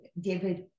David